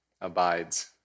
abides